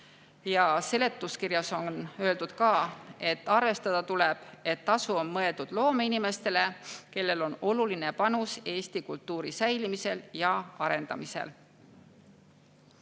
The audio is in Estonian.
Seletuskirjas on öeldud ka, et arvestada tuleb, et tasu on mõeldud loomeinimestele, kellel on oluline panus Eesti kultuuri säilimisse ja arendamisse.